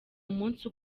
umunsi